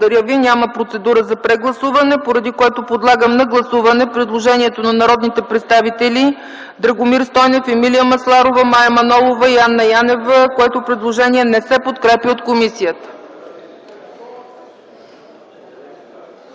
Няма процедура за прегласуване, поради което подлагам на гласуване предложението на народните представители Драгомир Стойнев, Емилия Масларова, Мая Манолова и Анна Янева, което не се подкрепя от комисията.